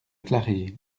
clarée